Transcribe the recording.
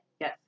Yes